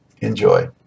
Enjoy